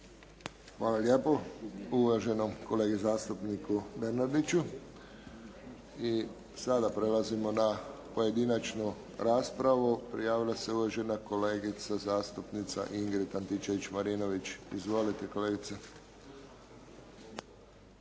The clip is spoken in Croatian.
Hvala lijepo uvaženom kolegi zastupniku Bernardiću. I sada prelazimo na pojedinačnu raspravu. Prijavila se uvažena kolegica zastupnica Ingrid Antičević-Marinović. Izvolite kolegice.